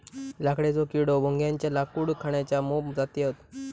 लाकडेचो किडो, भुंग्याच्या लाकूड खाण्याच्या मोप जाती हत